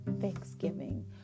thanksgiving